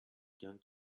going